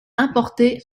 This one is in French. importée